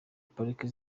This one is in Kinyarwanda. pariki